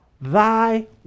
thy